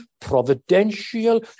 providential